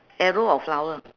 arrow or flower